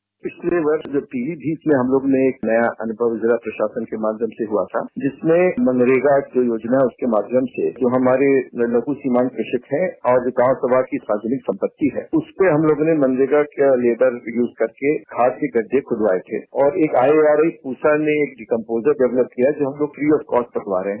bite पिछले वर्ष जब पीलीभीत में हम लोगों ने एक नया अनुभव जिला प्रशासन के माध्यम से हुआ था जिसने मनरेगा जो योजना है के माध्यम से जो हमारे लघु सीमांत कृषक हैं और जो ग्राम समाज की सार्वजनिक संपत्ति है उसमें हम लोगों ने मनरेगा का लेवर यूज करके खाद के गड्ढे खुदवाये थे और एक आंगनबाड़ी ऊषा ने कम्पोजर डेवलप किया जो हम लोग फ्री ऑफ कास्ट बटवा रहे हैं